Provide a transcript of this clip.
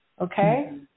Okay